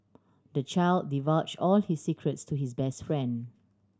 the child divulge all his secrets to his best friend